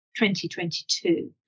2022